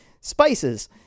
spices